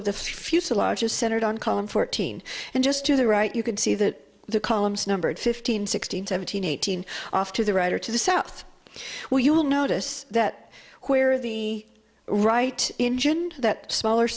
of the fuselage is centered on column fourteen and just to the right you can see that the columns numbered fifteen sixteen seventeen eighteen off to the right or to the south where you will notice that where the right engine that smaller